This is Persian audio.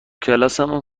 کلاسمون